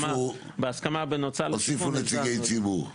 בהסכמה בין אוצר --- הוסיפו נציגי ציבור,